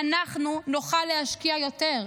אנחנו נוכל להשקיע יותר.